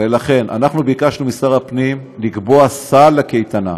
לכן אנחנו ביקשנו משר הפנים לקבוע סל לקייטנה.